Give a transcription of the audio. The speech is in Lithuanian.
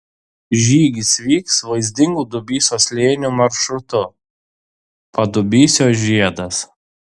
žygis vyks vaizdingu dubysos slėniu maršrutu padubysio žiedas